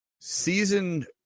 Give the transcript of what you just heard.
Season